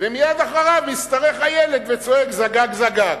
ומייד אחריו משתרך הילד וצועק: זגג, זגג.